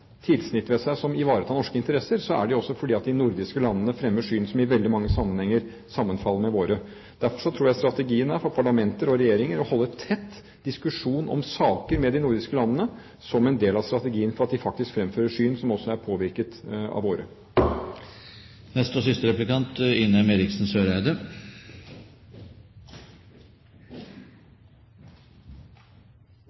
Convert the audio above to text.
som ivaretar norske interesser. Det er fordi de nordiske landene fremmer et syn som i veldig mange sammenhenger er sammenfallende med vårt. Derfor tror jeg strategien for parlamenter og regjeringer er å holde tett diskusjon med de nordiske landene om saker, slik at de faktisk fremfører et syn som også er påvirket av